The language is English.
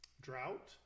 drought